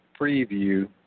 preview